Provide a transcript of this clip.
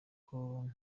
ngo